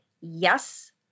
yes